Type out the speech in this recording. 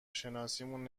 شناسیمون